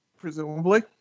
Presumably